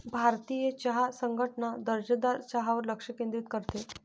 भारतीय चहा संघटना दर्जेदार चहावर लक्ष केंद्रित करते